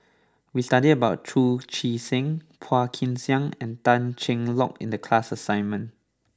we studied about Chu Chee Seng Phua Kin Siang and Tan Cheng Lock in the class assignment